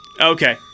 Okay